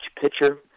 pitcher